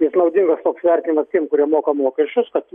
jis naudingas toks vertinimas tiem kurie moka mokesčius kad